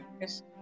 yes